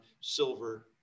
silver